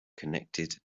connected